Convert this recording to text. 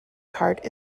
chart